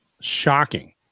shocking